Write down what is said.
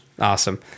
Awesome